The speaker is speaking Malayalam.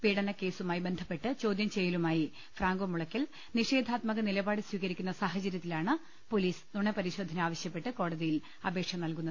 പീഡനക്കേസുമായി ബന്ധപ്പെട്ട് ചോദ്യംചെയ്യലുമായി ഫ്രാങ്കോ മുളയ്ക്കൽ നിഷേധാത്മക നിലപാട് സ്വീകരിക്കുന്ന സാഹചര്യത്തിലാണ് പൊലീസ് നുണപരിശോധന ആവശ്യപ്പെട്ട് കോടതിയിൽ അപേക്ഷ നൽകുന്നത്